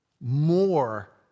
more